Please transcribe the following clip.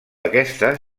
aquesta